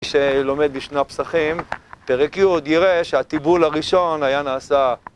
מי שלומד משנה פסחים, פרק י' יראה שהטיבול הראשון היה נעשה